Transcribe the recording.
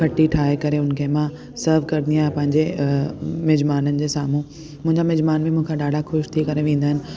खट्टी ठाहे करे उनखे मां सर्व कंदी आहियां पंहिंजे मिजमाननि जे साम्हूं मिजमान बि मूंखा ॾाढा ख़ुशि थी करे वेंदा आहिनि